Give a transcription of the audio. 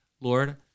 Lord